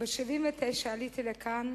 ב-1979 עליתי לכאן